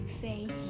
face